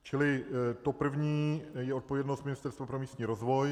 Čili to první je odpovědnost Ministerstva pro místní rozvoj.